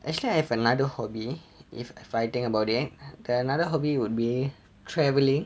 actually I have another hobby if I think about it my other hobby would be travelling